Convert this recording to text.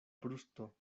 brusto